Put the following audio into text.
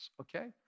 Okay